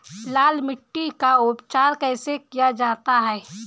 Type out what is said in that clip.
लाल मिट्टी का उपचार कैसे किया जाता है?